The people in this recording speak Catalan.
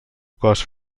cos